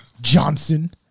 Johnson